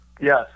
Yes